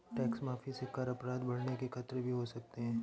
tax माफी से कर अपराध बढ़ने के खतरे भी हो सकते हैं